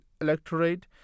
electorate